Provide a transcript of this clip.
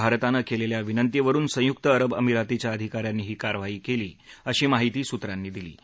भारतानं केलेल्या विनंतीवरून संयुक्त अरब अमिरातीच्या अधिकाऱ्यांनी ही कार्यवाही केली अशी माहिती सुत्रांनी दिली आहे